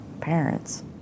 parents